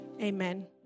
amen